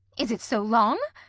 is it so long?